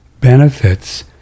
benefits